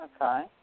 Okay